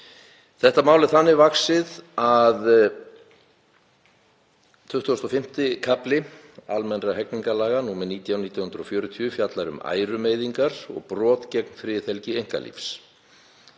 Þetta mál er þannig vaxið að XXV. kafli almennra hegningarlaga, nr. 19/1940, fjallar um ærumeiðingar og brot gegn friðhelgi einkalífs.